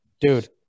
dude